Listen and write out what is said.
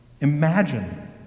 Imagine